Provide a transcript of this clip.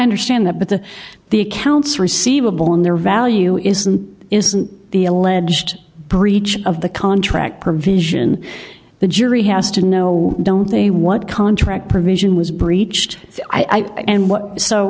understand that but the the accounts receivable and their value is and isn't the alleged breach of the contract provision the jury has to know don't they what contract provision was breached i and